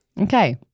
Okay